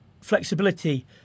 flexibility